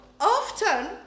often